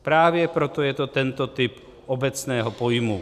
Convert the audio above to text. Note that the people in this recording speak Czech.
Právě proto je to tento typ obecného pojmu.